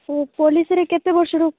ସେ ପଲିସିରେ କେତେ ବର୍ଷରୁ